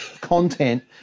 content